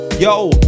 Yo